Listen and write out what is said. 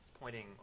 pointing